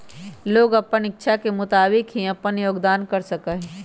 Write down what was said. लोग अपन इच्छा के मुताबिक ही अपन योगदान कर सका हई